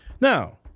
Now